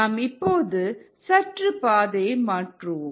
நாம் இப்போது சற்று பாதையை மாற்றுவோம்